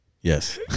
Yes